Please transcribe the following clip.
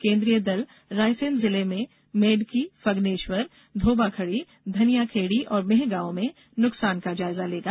केन्द्रीय दल रायसेन जिले में मेडकी फगनेश्वर धोबाखड़ी धनियाखेड़ी और मेहगॉव में नुकसान का जायजा लेगा